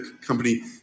company